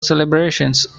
celebrations